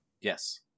yes